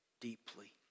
deeply